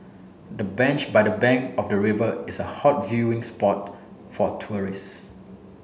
the bench by the bank of the river is a hot viewing spot for tourists